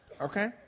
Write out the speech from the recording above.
okay